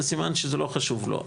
זה סימן שזה לא חשוב לו,